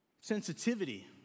sensitivity